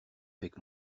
avec